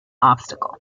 obstacle